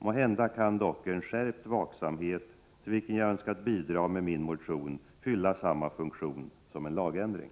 Måhända kan dock en skärpt vaksamhet, till vilken jag önskat bidra med min motion, fylla samma funktion som en lagändring.